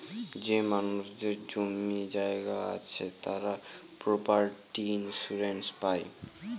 যে মানুষদের জমি জায়গা আছে তারা প্রপার্টি ইন্সুরেন্স পাই